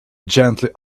gently